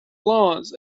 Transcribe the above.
laws